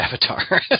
avatar